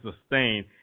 sustain